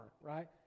right